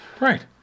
Right